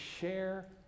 share